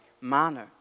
manner